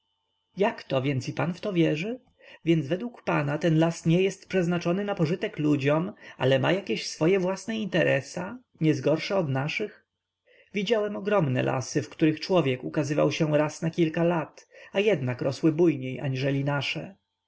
jakto więc i pan w to wierzy więc według pana ten las nie jest przeznaczony na pożytek ludziom ale ma jakieś swoje własne interesa niegorsze od naszych widziałem ogromne lasy w których człowiek ukazywał się raz na kilka lat a jednak rosły bujniej aniżeli nasze